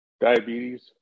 diabetes